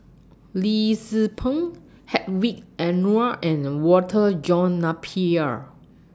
Lim Tze Peng Hedwig Anuar and Walter John Napier